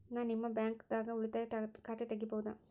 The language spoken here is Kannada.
ನಾ ನಿಮ್ಮ ಬ್ಯಾಂಕ್ ದಾಗ ಉಳಿತಾಯ ಖಾತೆ ತೆಗಿಬಹುದ?